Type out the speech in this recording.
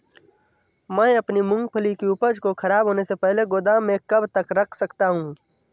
मैं अपनी मूँगफली की उपज को ख़राब होने से पहले गोदाम में कब तक रख सकता हूँ?